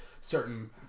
certain